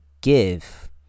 give